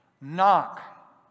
knock